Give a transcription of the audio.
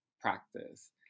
practice